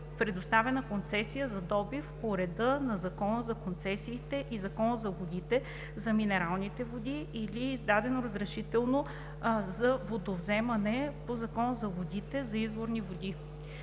предоставена концесия за добив по реда на Закона за концесиите и Закона за водите – за минералните води, или издадено разрешително за водовземане по Закона за водите – за изворните води.“